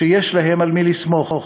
שיש להם על מי לסמוך.